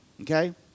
Okay